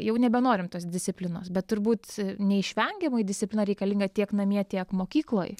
jau nebenorime tos disciplinos bet turbūt neišvengiamai disciplina reikalinga tiek namie tiek mokykloje